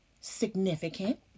significant